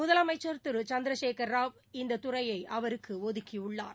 முதலமைச்சர் திருகேசந்திரசேகரராவ் இந்ததுறையைஅவருக்குஒதுக்கியுள்ளார்